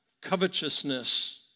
covetousness